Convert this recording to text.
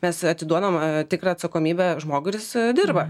mes atiduodam tikrą atsakomybę žmogui ir jis dirba